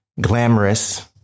glamorous